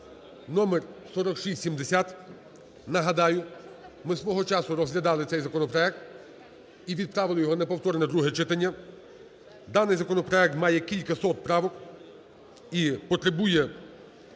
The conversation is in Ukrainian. (№ 4670). Нагадаю, ми свого часу розглядали цей законопроект і відправили його на повторне друге читання. Даний законопроект має кількасот правок і потребує